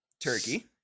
turkey